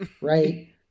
Right